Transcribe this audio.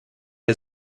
der